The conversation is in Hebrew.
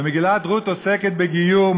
ומגילת רות עוסקת בגיור,